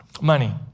money